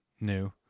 new